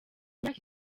myaka